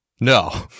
No